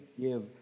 give